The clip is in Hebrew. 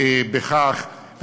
בכך.